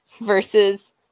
versus